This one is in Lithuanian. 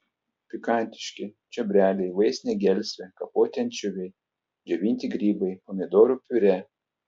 pikantiški čiobreliai vaistinė gelsvė kapoti ančiuviai džiovinti grybai pomidorų piurė